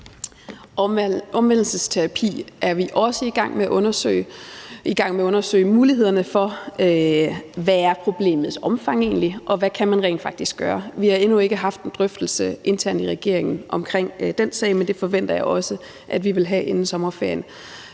Omvendelsesterapi er vi også i gang med undersøge mulighederne for. Hvad er problemets omfang egentlig, og hvad kan man rent faktisk gøre? Vi har endnu ikke haft en drøftelse internt i regeringen omkring den sag, men det forventer jeg også at vi vil have inden sommerferien.